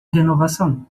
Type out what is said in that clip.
renovação